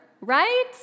right